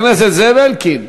חבר הכנסת זאב אלקין.